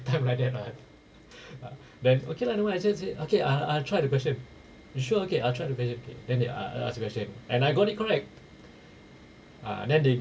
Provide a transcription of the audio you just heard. time like that lah ah then okay lah nevermind I I say say okay I I'll try the question you sure okay I'll try the question then they a~ ask the question and I got it correct ah then they